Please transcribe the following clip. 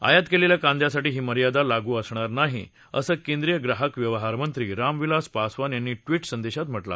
आयात केलेल्या कांद्यासाठी ही मर्यादा लागू असणार नाही असं केंद्रीय ग्राहक व्यवहारमंत्री रामविलास पासवान यांनी ट्वीट करून सांगितलं